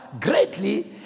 greatly